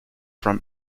from